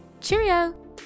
Cheerio